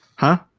huh!